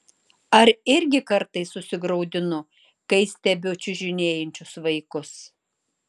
ar irgi kartais susigraudinu kai stebiu čiužinėjančius vaikus